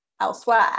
elsewhere